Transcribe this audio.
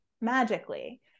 magically